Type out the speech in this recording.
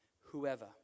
Whoever